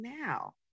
now